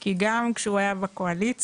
כי גם כשהוא היה בקואליציה